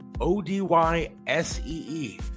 O-D-Y-S-E-E